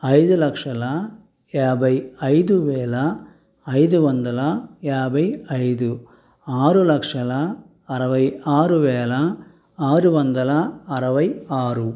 ఐదులక్షల యాభై ఐదువేల ఐదువందల యాభై ఐదు ఆరులక్షల అరవై ఆరువేల ఆరువందల అరవై ఆరు